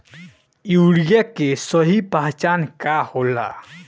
Urea के सही पहचान का होला?